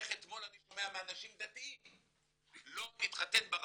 איך אתמול אני שומע מאנשים דתיים 'לא נתחתן ברבנות'.